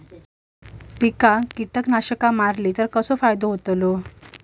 पिकांक कीटकनाशका मारली तर कसो फायदो होतलो?